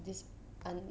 this un~